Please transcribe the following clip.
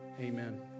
amen